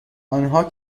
آنها